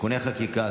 (תיקוני חקיקה),